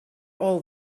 all